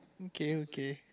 okay okay